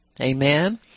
Amen